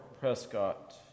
Prescott